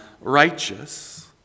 righteous